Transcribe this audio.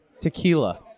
tequila